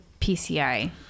PCI